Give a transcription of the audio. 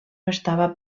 estava